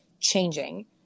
changing